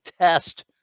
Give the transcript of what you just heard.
test